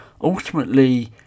ultimately